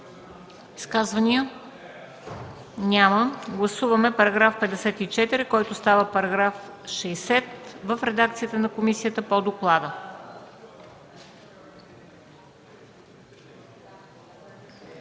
Изказвания? Няма. Гласуваме § 56, който става § 62, в редакцията на комисията по доклада.